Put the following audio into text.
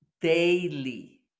daily